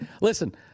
Listen